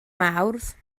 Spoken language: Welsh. mawrth